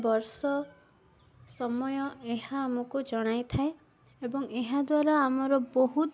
ବର୍ଷ ସମୟ ଏହା ଆମକୁ ଜଣାଇଥାଏ ଏବଂ ଏହାଦ୍ୱାରା ଆମର ବହୁତ